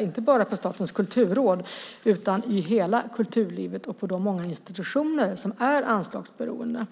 inte bara på Statens kulturråd utan i hela kulturlivet och på de många institutioner som är anslagsberoende.